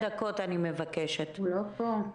הוא לא פה.